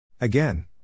Again